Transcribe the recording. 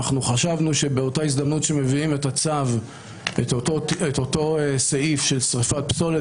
אנחנו חשבנו שבאותה הזדמנות שמביאים את אותו סעיף של שריפת פסולת